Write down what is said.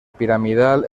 piramidal